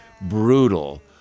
brutal